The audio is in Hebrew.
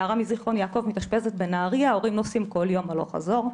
של נערה מזכרון יעקב שמתאשפזת בנהריה וההורים נוסעים כל יום הלוך-חזור.